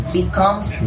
becomes